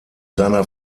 seiner